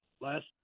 last